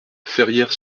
ferrières